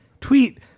Tweet